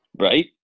Right